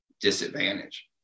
disadvantage